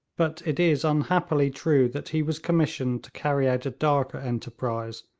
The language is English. but it is unhappily true that he was commissioned to carry out a darker enterprise,